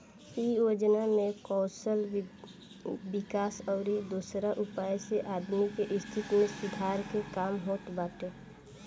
इ योजना में कौशल विकास अउरी दोसरा उपाय से आदमी के स्थिति में सुधार के काम होत बाटे